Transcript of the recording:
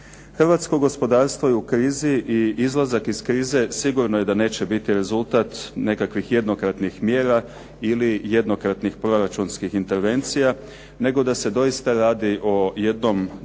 Hrvatsko gospodarstvo je u krizi i izlazak iz krize sigurno je da neće biti rezultat nekakvih jednokratnih mjera ili jednokratnih proračunskih intervencija, nego da se doista radi o jednom dugotrajnom